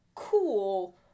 cool